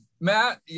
Matt